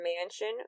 mansion